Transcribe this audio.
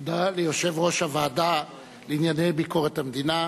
תודה ליושב-ראש הוועדה לענייני ביקורת המדינה.